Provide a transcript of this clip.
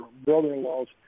brother-in-laws